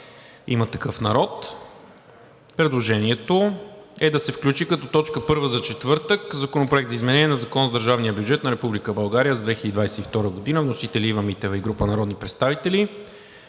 „Има такъв народ“. Предложението е да се включи като точка първа за четвъртък Законопроектът за изменение на Закона за държавния бюджет на Република България за 2022 г. Вносители са Ива Митева и група народни представители.